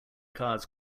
cars